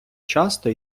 часто